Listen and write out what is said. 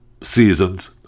seasons